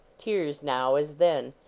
tears now, as then.